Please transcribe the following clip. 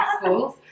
schools